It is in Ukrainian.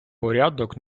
порядок